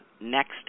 next